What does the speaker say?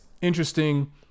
interesting